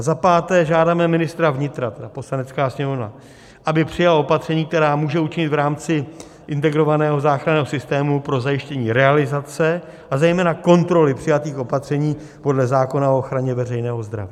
Za páté, žádáme ministra vnitra, tedy Poslanecká sněmovna, aby přijal opatření, která může učinit v rámci integrovaného záchranného systému pro zajištění realizace, a zejména kontroly přijatých opatření podle zákona o ochraně veřejného zdraví.